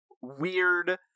weird